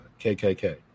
KKK